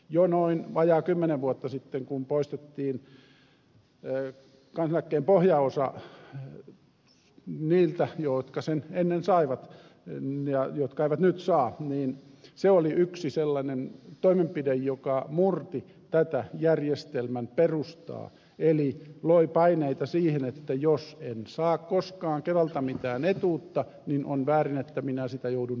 jo noin vajaa kymmenen vuotta sitten kun poistettiin kansaneläkkeen pohjaosa niiltä jotka sen ennen saivat ja jotka eivät nyt saa se oli yksi sellainen toimenpide joka murti tätä järjestelmän perustaa eli loi paineita siihen että jos en saa koskaan kelalta mitään etuutta niin on väärin että minä sitä joudun maksamaan